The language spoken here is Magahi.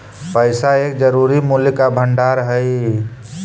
पैसा एक जरूरी मूल्य का भंडार हई